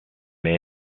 may